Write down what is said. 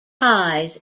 ties